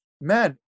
man